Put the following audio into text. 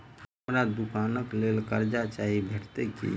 हमरा दुकानक लेल कर्जा चाहि भेटइत की?